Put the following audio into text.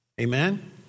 Amen